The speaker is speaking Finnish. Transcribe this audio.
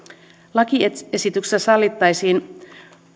lakiesityksessä sallittaisiin